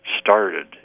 started